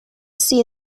see